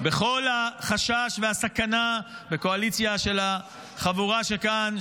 בכל החשש והסכנה מהקואליציה של החבורה שכאן,